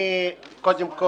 אני רוצה לדבר.